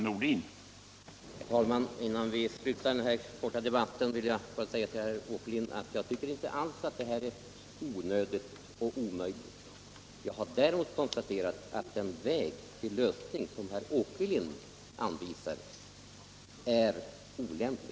Herr talman! Innan vi slutar den här korta debatten vill jag bara säga till herr Åkerlind att jag inte alls tycker att detta är onödigt och omöjligt. Jag har däremot konstaterat att den väg till lösning som herr Åkerlind anvisar är olämplig.